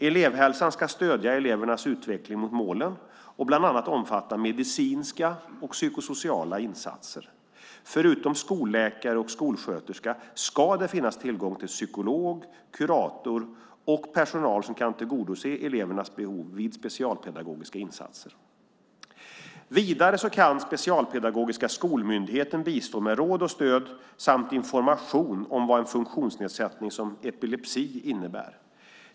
Elevhälsan ska stödja elevernas utveckling mot målen och bland annat omfatta medicinska och psykosociala insatser. Förutom skolläkare och skolsköterska ska det finnas tillgång till psykolog, kurator och personal som kan tillgodose elevernas behov vid specialpedagogiska insatser. Vidare kan Specialpedagogiska skolmyndigheten bistå med råd och stöd samt information om vad en funktionsnedsättning som epilepsi innebär.